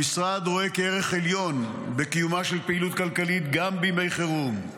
המשרד רואה בקיומה של פעילות כלכלית ערך עליון גם בימי חירום,